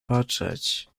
patrzeć